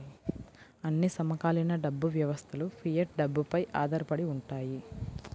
అన్ని సమకాలీన డబ్బు వ్యవస్థలుఫియట్ డబ్బుపై ఆధారపడి ఉంటాయి